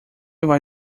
vai